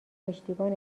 پشتیبان